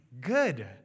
good